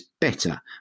better